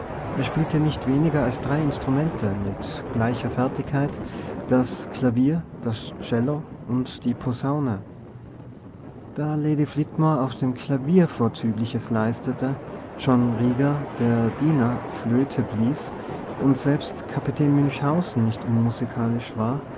er spielte nicht weniger als drei instrumente mit gleicher fertigkeit das klavier das cello und die posaune da lady flitmore auf dem klavier vorzügliches leistete john rieger der diener flöte blies und selbst kapitän münchhausen nicht unmusikalisch war